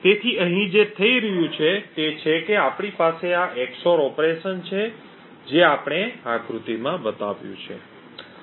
તેથી અહીં જે થઈ રહ્યું છે તે છે કે આપણી પાસે આ XOR ઓપરેશન છે જે આપણે આકૃતિમાં બતાવી છે